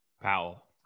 Powell